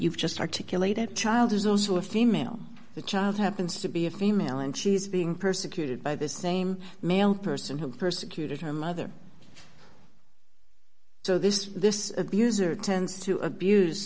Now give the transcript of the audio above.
you've just articulated a child is also a female the child happens to be a female and she's being persecuted by this same person who persecuted her mother so this this abuser tends to abuse